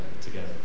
together